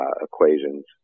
equations